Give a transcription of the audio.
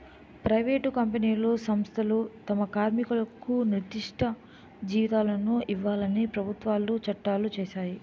private కంపెనీలు సంస్థలు తమ కార్మికులకు నిర్దిష్ట జీతాలను ఇవ్వాలని ప్రభుత్వాలు చట్టాలు చేశాయి